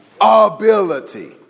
ability